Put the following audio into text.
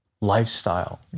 lifestyle